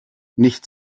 nicht